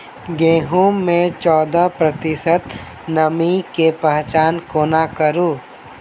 गेंहूँ मे चौदह प्रतिशत नमी केँ पहचान कोना करू?